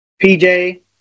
PJ